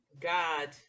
God